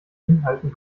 inhalten